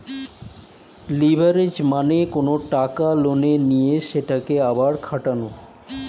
leverage মানে কোনো টাকা লোনে নিয়ে সেটাকে আবার খাটানো